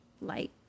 light